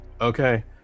Okay